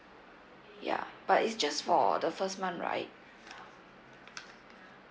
ya but it's just for the first month right